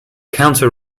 counter